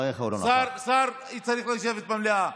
השר צריך לשבת כאן במליאה.